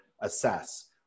assess